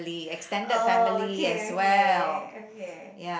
oh okay okay okay